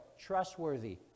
trustworthy